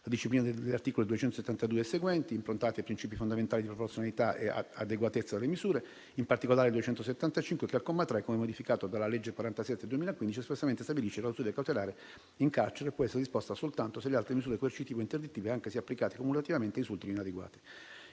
la disciplina degli articoli 272 e seguenti, improntati a principi fondamentali di proporzionalità e adeguatezza delle misure, e in particolare l'articolo 275, comma 3, come modificato dalla legge n. 47 del 2015, che espressamente stabilisce che la custodia cautelare in carcere può essere disposta soltanto se le altre misure coercitive o interdittive, anche se applicate cumulativamente, risultino inadeguate.